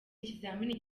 ikizamini